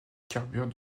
carbure